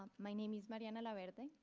my name is mariana laverde.